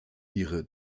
ihre